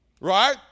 Right